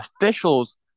officials